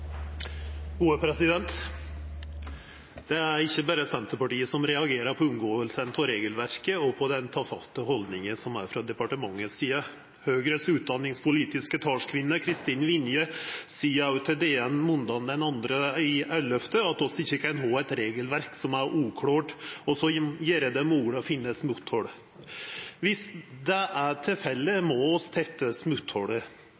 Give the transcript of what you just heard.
Det er ikkje berre Senterpartiet som reagerer på omgåinga av regelverket og på den tafatte haldninga som er frå departementet si side. Høgres utdanningspolitiske talskvinne, Kristin Vinje, seier òg til DN måndag den 2. november at vi ikkje kan ha eit regelverk som er uklårt, og som gjer det mogleg å finna smotthol. Dersom det er tilfellet, må